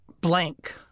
blank